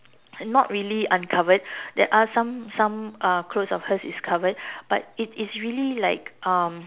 not really uncovered there are some some uh clothes of hers is covered but it it's really like um